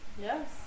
Yes